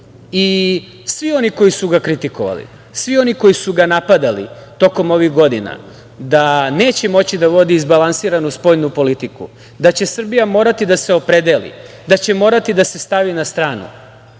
i svi oni koji su ga kritikovali, svi oni koji su ga napadali tokom ovih godina da neće moći da vodi izbalansiranu spoljnu politiku, da će Srbija morati da se opredeli, da će morati da se stavi na stranu,